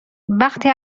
وقتی